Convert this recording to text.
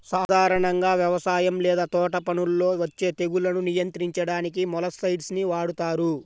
సాధారణంగా వ్యవసాయం లేదా తోటపనుల్లో వచ్చే తెగుళ్లను నియంత్రించడానికి మొలస్సైడ్స్ ని వాడుతారు